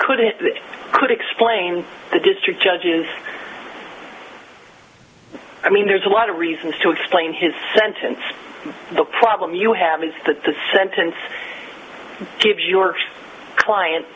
could it could explain the district judges i mean there's a lot of reasons to explain his sentence the problem you have is that the sentence gives your client